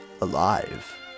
alive